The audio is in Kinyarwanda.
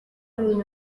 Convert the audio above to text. ibintu